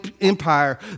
Empire